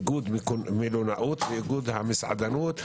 איגוד המלונאות ואיגוד המסעדנות.